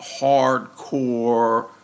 hardcore